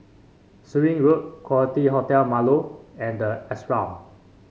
Surin Road Quality Hotel Marlow and the Ashram